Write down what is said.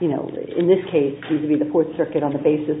in this case to be the fourth circuit on the basis